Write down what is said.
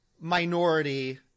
minority